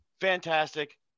fantastic